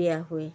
ଦିଆ ହୁଏ